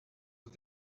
sus